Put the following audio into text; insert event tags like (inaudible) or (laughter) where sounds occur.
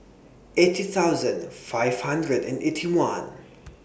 eighty thousand five hundred and Eighty One (noise)